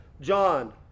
John